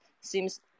seems